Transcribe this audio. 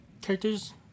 characters